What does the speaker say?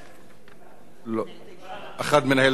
אחד מנהל את הישיבה ולא יכול לדבר,